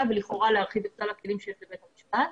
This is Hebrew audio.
ולכאורה להרחיב את סל הכלים שיש לבית המשפט.